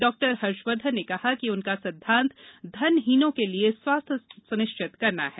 डॉ हर्षवर्धन न कहा कि उनका सिद्धांत धनहीनों का लिए स्वास्थ्य स्निश्चित करना है